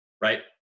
Right